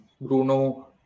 Bruno